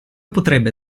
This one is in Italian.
potrebbe